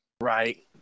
Right